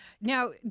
Now